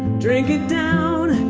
drink it down,